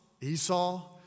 Esau